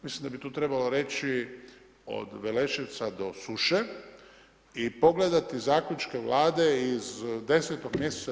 Mislim da bi tu trebalo reći od Veleševca do Suše i pogledati zaključke Vlade iz 10. mj.